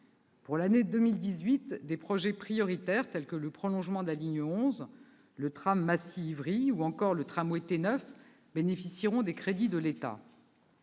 Pour l'année 2018, des projets prioritaires, tels que le prolongement de la ligne 11, le tram-train Massy-Évry ou encore le T9 bénéficieront de crédits de l'État.